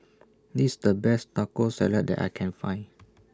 This The Best Taco Salad that I Can Find